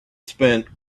spent